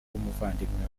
bw’umuvandimwe